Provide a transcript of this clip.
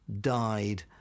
died